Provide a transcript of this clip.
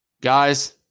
Guys